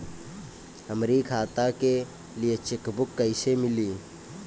हमरी खाता के लिए चेकबुक कईसे मिली?